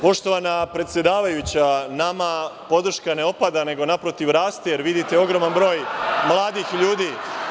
Poštovana predsedavajuća, nama podrška ne opada nego, naprotiv, raste jer vidite ogroman broj mladih ljudi.